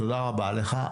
תודה רבה לך.